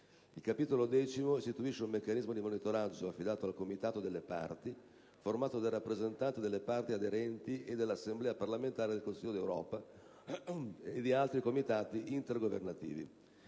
Il Capitolo X istituisce un meccanismo di monitoraggio affidato al Comitato delle parti, formato dai rappresentanti delle parti aderenti e dell'Assemblea parlamentare del Consiglio d'Europa e di altri comitati intergovernativi.